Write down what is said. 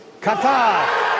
Qatar